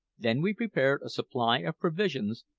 then we prepared a supply of provisions,